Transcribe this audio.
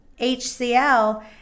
HCL